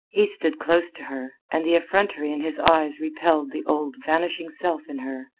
he stood close to her, and the effrontery in his eyes repelled the old, vanishing self in her,